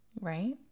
right